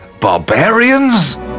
barbarians